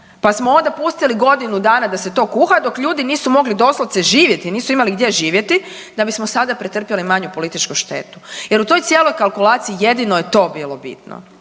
pa smo onda pustili godinu dana da se to kuha dok ljudi nisu mogli doslovce živjeti, nisu imali gdje živjeti, da bismo sada pretrpjeli manju političku štetu. Jer u toj cijeloj kalkulaciji jedino je to bilo bitno